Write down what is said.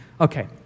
Okay